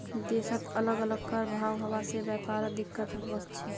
देशत अलग अलग कर भाव हवा से व्यापारत दिक्कत वस्छे